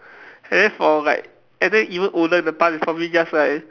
and then for like and then even older in the past is probably just like